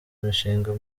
imishinga